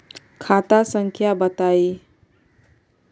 खाता संख्या बताई?